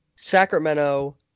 Sacramento